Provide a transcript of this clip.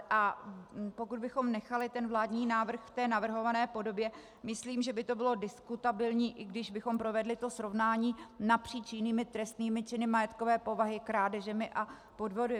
A pokud bychom nechali vládní návrh v té navrhované podobě, myslím, že by to bylo diskutabilní, i když bychom provedli to srovnání napříč jinými trestnými činy majetkové povahy, krádežemi a podvody.